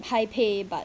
high pay but